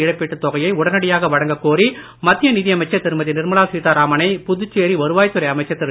இழப்பீட்டுத் தொகையை உடனடியாக வழங்கக்கோரி மத்திய நிதியமைச்சர் திருமதி நிர்மலா சீதாராமனை புதுச்சேரி வருவாய்த்துறை அமைச்சர் திரு